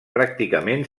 pràcticament